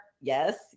yes